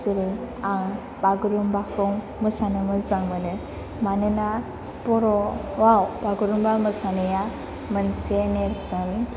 जेरै आं बागुरुमबाखौ मोसानो मोजां मोनो मानोना बर' आव बागुरुमबा मोसानाया मोनसे नेरसोन